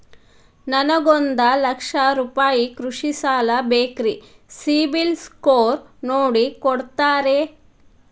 ನನಗೊಂದ ಲಕ್ಷ ರೂಪಾಯಿ ಕೃಷಿ ಸಾಲ ಬೇಕ್ರಿ ಸಿಬಿಲ್ ಸ್ಕೋರ್ ನೋಡಿ ಕೊಡ್ತೇರಿ?